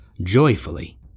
joyfully